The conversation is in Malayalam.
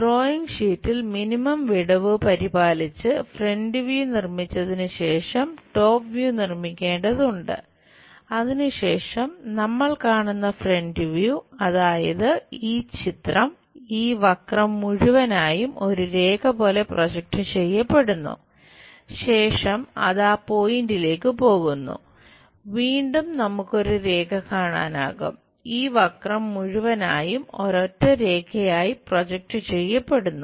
ഡ്രോയിംഗ് ഷീറ്റിൽ മിനിമം വിടവ് പരിപാലിച്ച് ഫ്രണ്ട് വ്യൂ മുഴുവനായും ഒരൊറ്റ രേഖയായി പ്രൊജക്റ്റ് ചെയ്യപ്പെടുന്നു